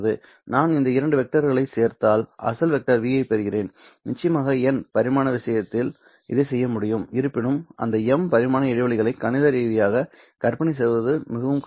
நான் இந்த இரண்டு வெக்டர்களைச் சேர்த்தால் அசல் வெக்டர் v ஐப் பெறுகிறேன் நிச்சயமாக n பரிமாண விஷயத்தில் இதைச் செய்ய முடியும் இருப்பினும் அந்த m பரிமாண இடைவெளிகளை கணித ரீதியாக கற்பனை செய்வது மிகவும் கடினம்